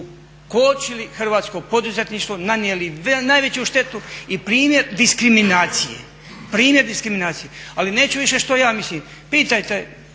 ukočili hrvatsko poduzetništvo, nanijeli najveću štetu i primjer diskriminacije. Ali neću više što ja mislim, pitajte